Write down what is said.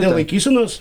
dėl laikysenos